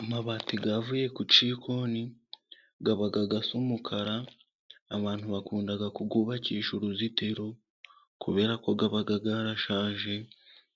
Amabati yavuye ku cyikoni, yaba nk'umukara, abantu bakunda kuyubakisha uruzitiro, kubera ko aba yarashaje,